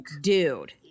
dude